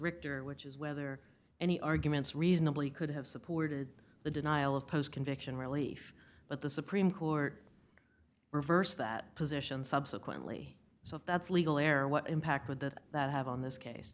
richter which is whether any arguments reasonably could have supported the denial of post conviction relief but the supreme court reversed that position subsequently so if that's legal error what impact would that that have on this case